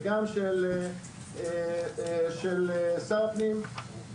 וגם של שר הפנים,